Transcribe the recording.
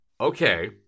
Okay